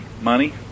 Money